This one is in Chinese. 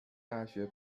大学